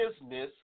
business